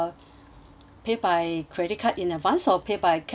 pay by credit card in advance or pay by card or de~